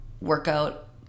workout